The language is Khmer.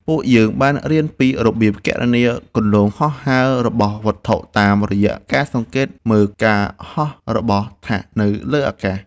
ពួកយើងបានរៀនពីរបៀបគណនាគន្លងហោះហើររបស់វត្ថុតាមរយៈការសង្កេតមើលការហោះរបស់ថាសនៅលើអាកាស។